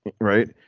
right